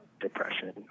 depression